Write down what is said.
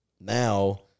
now